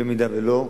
אם לא,